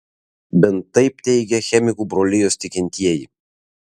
bent taip teigia chemikų brolijos tikintieji